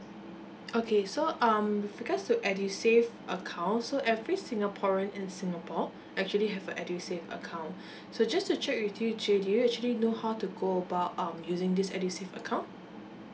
okay so um because the edusave account so every singaporean in singapore actually have a edusave account so just to check with you jay do you actually know how to go about um using this edusave account